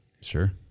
Sure